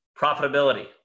profitability